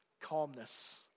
calmness